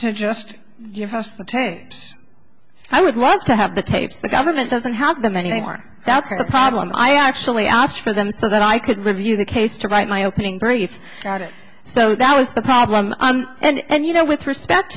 to just give us the tapes i would like to have the tapes the government doesn't have them anymore that's a problem i actually asked for them so that i could review the case to write my opening brief about it so that was the problem and you know with respect